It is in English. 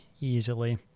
easily